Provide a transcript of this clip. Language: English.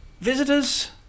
visitors